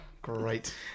Great